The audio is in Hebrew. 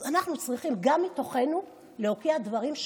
אז אנחנו צריכים גם מתוכנו להוקיע דברים.